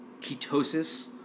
ketosis